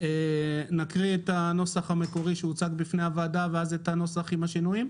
נקרא את הנוסח המקורי שהוצג בפני הוועדה ואז את הנוסח עם השינויים.